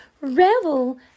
revel